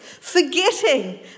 forgetting